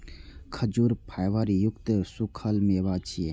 खजूर फाइबर युक्त सूखल मेवा छियै